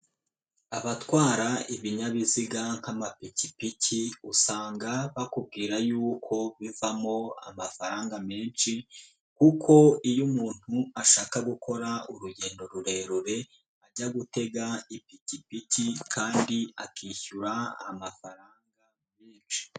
Abatwara ibinyabiziga nk'amapikipiki usanga bakubwira yuko bivamo amafaranga menshi, kuko iyo umuntu ashaka gukora urugendo rurerure, ajya gutega ipikipiki kandi akishyura amafaranga menshi.